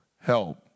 help